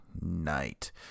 Night